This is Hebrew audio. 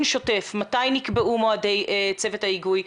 שוטף מתי נקבעו מועדי צוות ההיגוי,